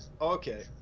Okay